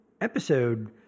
episode